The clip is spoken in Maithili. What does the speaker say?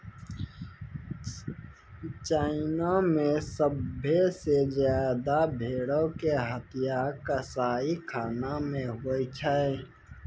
चाइना मे सभ्भे से ज्यादा भेड़ो के हत्या कसाईखाना मे होय छै